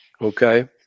Okay